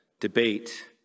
debate